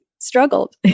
struggled